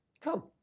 Come